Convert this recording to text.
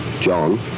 John